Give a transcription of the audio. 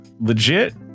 Legit